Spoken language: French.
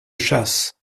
chasse